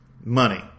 money